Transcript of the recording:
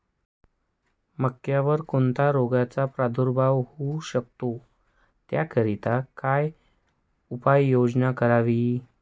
मक्यावर कोणत्या रोगाचा प्रादुर्भाव होऊ शकतो? त्याकरिता काय उपाययोजना करावी?